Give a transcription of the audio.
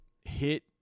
hit